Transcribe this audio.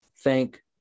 thank